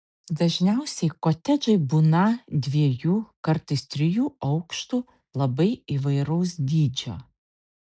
dažniausiai kotedžai būną dviejų kartais trijų aukštų labai įvairaus dydžio